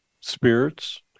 spirits